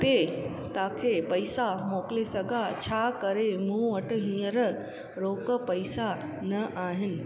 ते तांखे पैसा मोकिले सघां छा करे मूं वटि हीअंर रोक पैसा न आहिनि